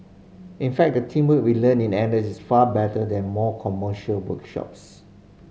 in fact the teamwork we learn in N S is far better than more commercial workshops